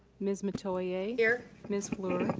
ms. metoyer. here. ms. fluor.